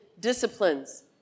disciplines